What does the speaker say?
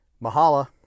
mahala